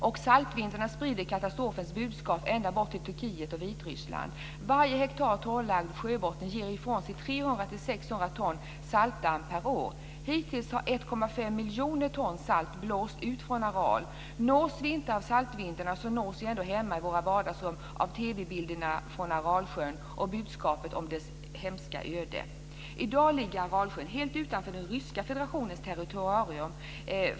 Och saltvindarna sprider katastrofens budskap ända bort till Turkiet och Vitrysssland. Varje hektar torrlagd sjöbotten ger ifrån sig 300-600 ton saltdamm per år. Hittills har 1,5 miljarder ton salt blåst ut från Aral. Nås vi inte av saltvindarna, nås vi ändå hemma i våra egna vardagsrum av TV-bilderna från Aralsjön och budskapet om dess hemska öde. I dag ligger Aralsjön helt utanför den ryska federationens territorium.